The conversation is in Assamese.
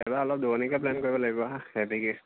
এইবাৰ অলপ দূৰণিকৈ প্লেন কৰিব লাগিব হা হেভিকৈ